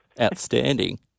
Outstanding